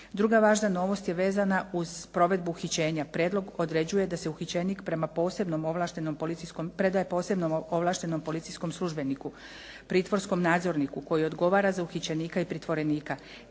Druga važna novost je vezana uz provedbu uhićenja. Prijedlog određuje da se uhićenik predaje posebnom ovlaštenom policijskom službeniku, pritvorskom nadzorniku koji odgovara za uhićenika i pritvorenika.